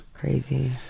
Crazy